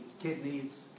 kidneys